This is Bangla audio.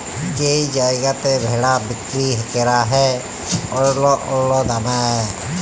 যেই জায়গাতে ভেড়া বিক্কিরি ক্যরা হ্যয় অল্য অল্য দামে